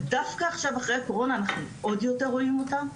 ודווקא עכשיו אחרי הקורונה אנחנו עוד יותר רואים אותם,